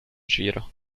giro